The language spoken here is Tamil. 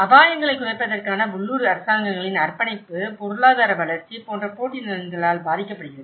அபாயங்களைக் குறைப்பதற்கான உள்ளூர் அரசாங்கங்களின் அர்ப்பணிப்பு பொருளாதார வளர்ச்சி போன்ற போட்டி நலன்களால் பாதிக்கப்படுகிறது